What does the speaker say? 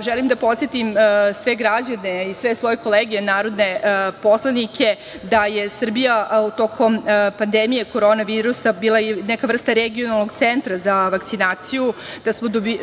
Želim da podsetim sve građane i sve svoje kolege narodne poslanike da je Srbija tokom pandemije korona virusa bila neka vrsta regionalnog centra za vakcinaciju, da smo donirali